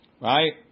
Right